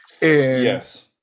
Yes